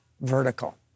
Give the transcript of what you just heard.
vertical